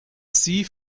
sie